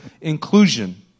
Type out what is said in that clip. inclusion